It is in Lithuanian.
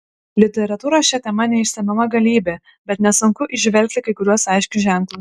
literatūros šia tema neišsemiama galybė bet nesunku įžvelgti kai kuriuos aiškius ženklus